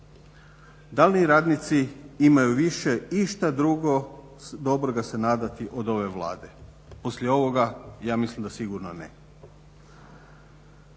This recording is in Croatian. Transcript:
Da li radnici imaju išta više dobroga se nadati od ove Vlade? Poslije ovoga, ja mislim da sigurno ne.što